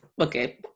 Okay